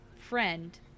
friend